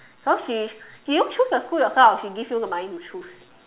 so she do you choose your school yourself or she give you the money to choose